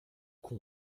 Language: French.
con